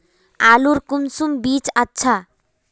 आलूर कुंसम बीज अच्छा?